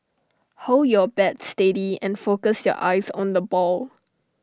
hold your bat steady and focus your eyes on the ball